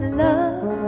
love